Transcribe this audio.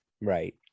right